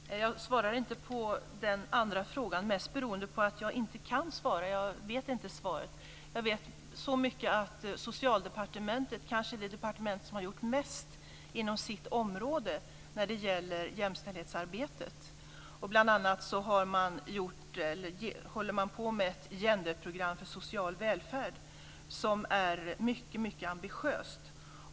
Herr talman! Jag svarade inte på den andra frågan mest beroende på att jag inte kan svara. Jag vet inte svaret. Jag vet så mycket som att Socialdepartementet kanske är det departement som har gjort mest inom sitt område när det gäller jämställdhetsarbetet. Man håller bl.a. på med ett genderprogram för social välfärd som är mycket ambitiöst.